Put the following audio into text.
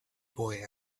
boy